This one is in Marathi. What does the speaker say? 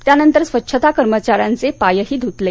त्यानंतर स्वच्छता कर्मचाऱ्यांचे पायही धुतले